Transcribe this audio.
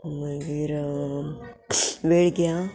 मागीर वेळग्यां